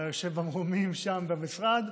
ליושב במרומים שם במשרד.